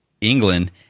England